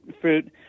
fruit